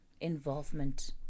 involvement